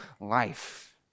life